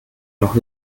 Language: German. noch